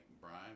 Brian